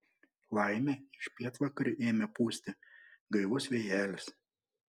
laimė iš pietvakarių ėmė pūsti gaivus vėjelis